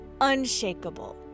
unshakable